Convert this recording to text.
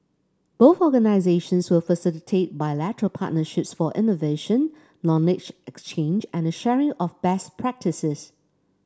both organisations will facilitate bilateral partnerships for innovation knowledge exchange and the sharing of best practices